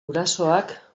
gurasoak